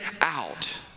out